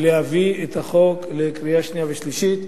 ולהביא את הצעת החוק לקריאה שנייה ושלישית.